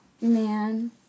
man